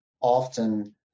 often